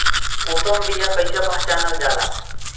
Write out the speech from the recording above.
उत्तम बीया कईसे पहचानल जाला?